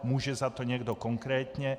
Může za to někdo konkrétně?